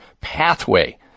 pathway